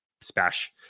spash